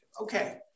Okay